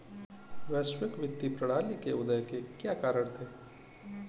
वैश्विक वित्तीय प्रणाली के उदय के क्या कारण थे?